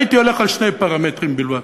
הייתי הולך על שני פרמטרים בלבד: